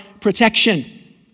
protection